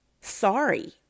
sorry